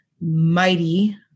mighty